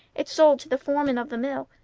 it's sold to the foreman of the mill.